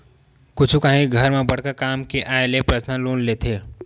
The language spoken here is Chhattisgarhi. कुछु काही घर म बड़का काम के आय ले परसनल लोन लेथे